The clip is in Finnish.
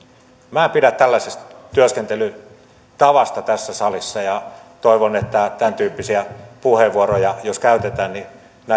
en pidä tällaisesta työskentelytavasta tässä salissa ja toivon että jos tämäntyyppisiä puheenvuoroja käytetään niin